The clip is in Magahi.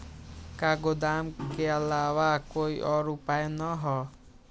का गोदाम के आलावा कोई और उपाय न ह?